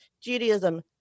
Judaism